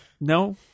No